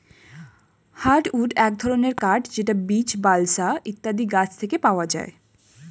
hardwood এক ধরনের কাঠ যেটা বীচ, বালসা ইত্যাদি গাছ থেকে পাওয়া যায়